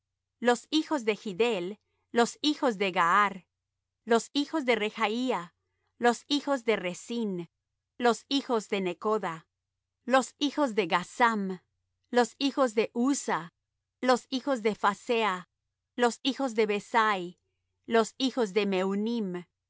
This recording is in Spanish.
los hijos de giddel los hijos de gahar los hijos de rehaía los hijos de resín los hijos de necoda los hijos de gazzam los hijos de uzza los hijos de phasea los hijos de besai los hijos de meunim los hijos de